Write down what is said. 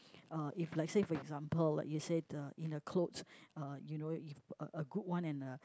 uh if like say for example like you said uh in the clothes uh you know you a a good one and a